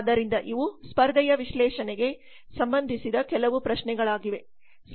ಆದ್ದರಿಂದ ಇವು ಸ್ಪರ್ಧೆಯ ವಿಶ್ಲೇಷಣೆಗೆ ಸಂಬಂಧಿಸಿದ ಕೆಲವು ಪ್ರಶ್ನೆಗಳಾಗಿವೆ